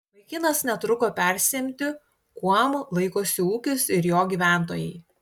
vaikinas netruko persiimti kuom laikosi ūkis ir jo gyventojai